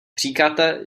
říkáte